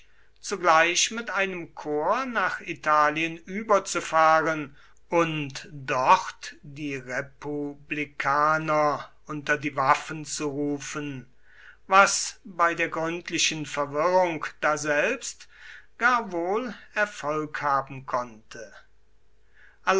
zugleich mit einem korps nach italien überzufahren und dort die republikaner unter die waffen zu rufen was bei der gründlichen verwirrung daselbst gar wohl erfolg haben konnte